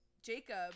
Jacob